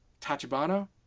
Tachibana